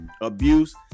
abuse